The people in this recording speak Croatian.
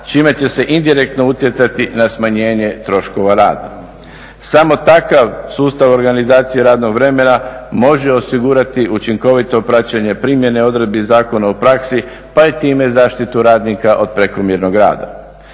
čime će se indirektno utjecati na smanjenje troškova rada. Samo takav sustav organizacije radnog vremena može osigurati učinkovito praćenje primjene odredbi zakona u praksi, pa i time zaštitu radnika od prekomjernog rada.